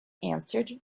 answered